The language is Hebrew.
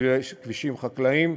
כבישים חקלאיים,